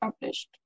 published